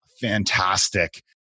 fantastic